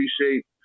appreciate